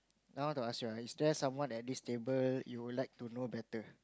now I want to ask you ah is there someone at this table you would like to know better